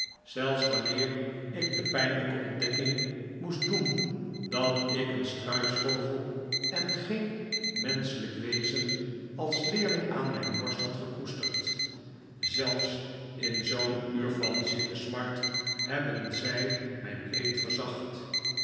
zelfs wanneer ik de pijnlijke ontdekking moest doen dat ik een struisvogel en geen menschelijk wezen als leerling aan mijn borst had gekoesterd zelfs in zoo'n uur van zielesmart hebben zij mijn leed verzacht